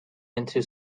into